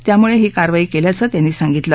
त्यामुळे ही कारवाई केल्याचं त्यांनी सांगितलं